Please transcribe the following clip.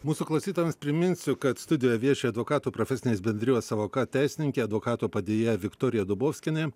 mūsų klausytojams priminsiu kad studijoje vieši advokatų profesinės bendrijos sąvoka teisininkė advokato padėjėja viktorija dubovskienė